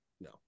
no